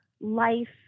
life